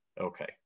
Okay